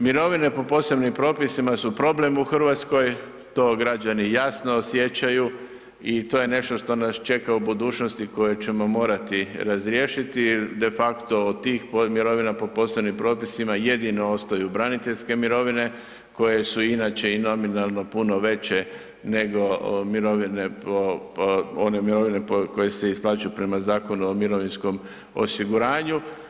Mirovine po posebnim propisima su problem u Hrvatskoj, to građani jasno osjećaju i to je nešto što nas čeka u budućnosti koje ćemo morati razriješiti jer de facto od tih mirovina po posebnim propisima jedino ostaju braniteljske mirovine koje su inače i nominalno puno veće nego mirovine, one mirovine koje se isplaćuju prema Zakonu o mirovinskom osiguranju.